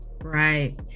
Right